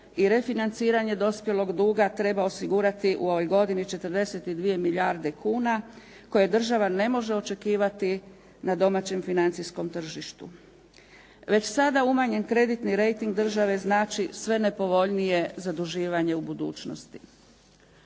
i refinanciranje dospjelog duga treba osigurati u ovoj godini 42 milijarde kuna koje država ne može očekivati na domaćem financijskom tržištu. Već sada umanjen kreditni rejting države znači sve nepovoljnije zaduživanje u budućnosti.